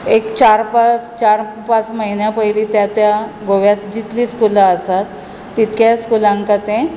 एक चार पांच चार पांच म्हयन्या पयलीं त्या त्या गोव्यात जितली स्कुलां आसात तितकें स्कुलांका ते